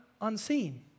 unseen